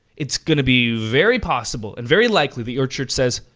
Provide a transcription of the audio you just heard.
it's gonna be very possible and very likely that your church says,